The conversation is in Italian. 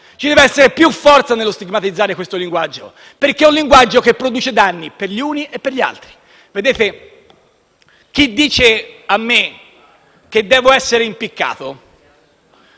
ci deve essere più forza nello stigmatizzare questo linguaggio, che produce danni per gli uni e per gli altri. Vedete, chi dice a me che devo essere impiccato